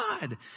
God